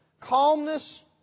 calmness